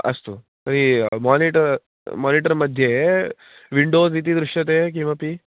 अस्तु तर्हि मोनिट् मोनिटर्मध्ये विण्डोस् इति दृश्यते किमपि